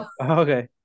Okay